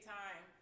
time